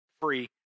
free